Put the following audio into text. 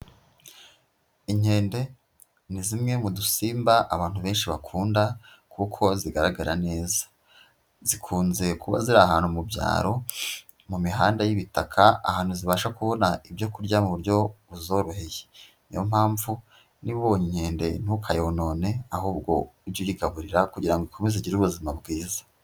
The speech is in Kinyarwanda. Inkende ni zimwe mu dusimba abantu benshi bakunda, kuko zigaragara neza. Zikunze kuba ziri ahantu mu byaro, mu mihanda y'ibitaka, ahantu zibasha kubona ibyo kurya mu buryo buzoroheye. Niyo mpamvu niba ubonye inkende ntukayonone, ahubwo ujye uyigaburira, kugira ngo ikomeze igire ubuzima bwiza.